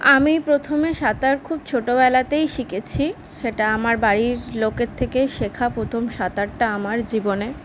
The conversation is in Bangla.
আমি প্রথমে সাঁতার খুব ছোটোবেলাতেই শিখেছি সেটা আমার বাড়ির লোকের থেকেই শেখা প্রথম সাঁতারটা আমার জীবনে